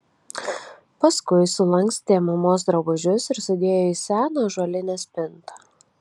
paskui sulankstė mamos drabužius ir sudėjo į seną ąžuolinę spintą